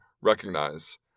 recognize